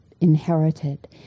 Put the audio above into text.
inherited